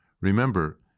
Remember